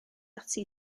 ati